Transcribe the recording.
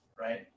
right